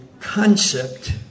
concept